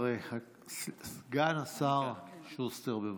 סגן השר שוסטר, בבקשה.